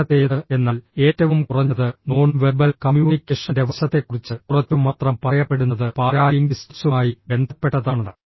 അവസാനത്തേത് എന്നാൽ ഏറ്റവും കുറഞ്ഞത് നോൺ വെർബൽ കമ്മ്യൂണിക്കേഷന്റെ വശത്തെക്കുറിച്ച് കുറച്ചുമാത്രം പറയപ്പെടുന്നത് പാരാലിംഗ്വിസ്റ്റിക്സുമായി ബന്ധപ്പെട്ടതാണ്